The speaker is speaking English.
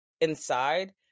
inside